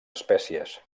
espècies